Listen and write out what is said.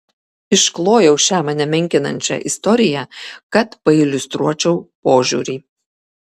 išklojau šią mane menkinančią istoriją kad pailiustruočiau požiūrį